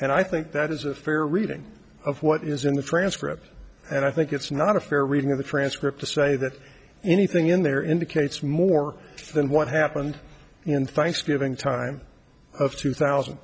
and i think that is a fair reading of what is in the transcript and i think it's not a fair reading of the transcript to say that anything in there indicates more than what happened in thanksgiving time of two thousand